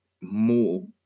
more